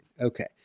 Okay